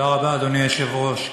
אדוני היושב-ראש,